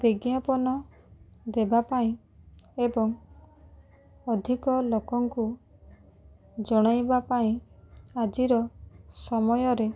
ବିଜ୍ଞାପନ ଦେବା ପାଇଁ ଏବଂ ଅଧିକ ଲୋକଙ୍କୁ ଜଣାଇବା ପାଇଁ ଆଜିର ସମୟରେ